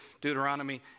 Deuteronomy